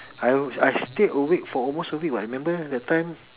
I I stayed awake for almost a week [what] remember that time